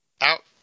Out